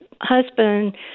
husband